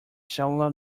cellular